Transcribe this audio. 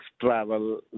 travel